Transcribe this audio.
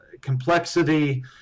complexity